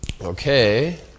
Okay